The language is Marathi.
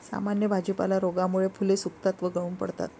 सामान्य भाजीपाला रोगामुळे फुले सुकतात व गळून पडतात